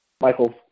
Michael